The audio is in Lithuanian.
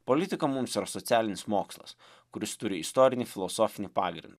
politika mums yra socialinis mokslas kuris turi istorinį filosofinį pagrin